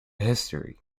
history